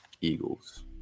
Eagles